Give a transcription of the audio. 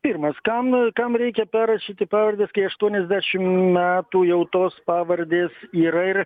pirmas kam kam reikia perrašyti pavardes kai aštuoniasdešim metų jau tos pavardės yra ir